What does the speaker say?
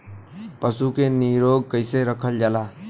पशु के निरोग कईसे रखल जाला?